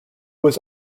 was